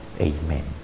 amen